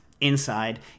inside